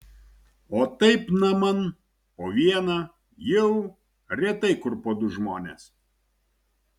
o taip naman po vieną jau retai kur po du žmones